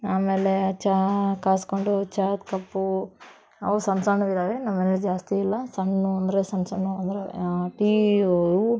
ಆಮೇಲೆ ಚಹಾ ಕಾಯ್ಸ್ಕೊಂಡು ಚಾದ ಕಪ್ಪು ಅವು ಸಣ್ಣ ಸಣ್ಣದು ಇದ್ದಾವೆ ನಮ್ಮ ಮನೇಲ್ಲಿ ಜಾಸ್ತಿ ಇಲ್ಲ ಸಣ್ಣವು ಅಂದರೆ ಸಣ್ಣ ಸಣ್ಣವು ಅಂದರೆ ಟೀ ಅವು